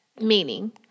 meaning